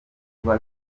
kuba